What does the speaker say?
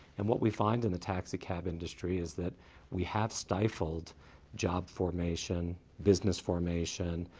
and what we find in the taxicab industry is that we have stifled job formation, business formation,